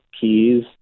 keys